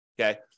okay